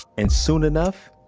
and soon enough,